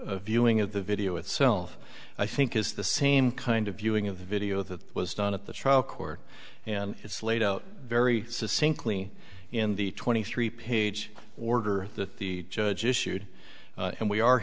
viewing of the video itself i think is the same kind of viewing a video that was done at the trial court and it's laid out very simply in the twenty three page order that the judge issued and we are